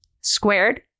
squared